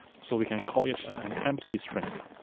so we can call it an empty string.